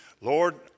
Lord